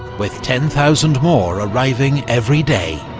with ten thousand more arriving every day.